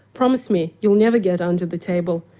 promise me, you'll never get under the table.